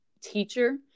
teacher